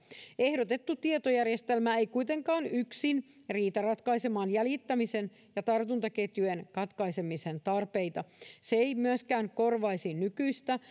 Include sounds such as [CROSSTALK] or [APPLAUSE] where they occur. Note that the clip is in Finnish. ehdotettu tietojärjestelmä ei kuitenkaan yksin riitä ratkaisemaan jäljittämisen ja tartuntaketjujen katkaisemisen tarpeita se ei myöskään korvaisi nykyistä [UNINTELLIGIBLE]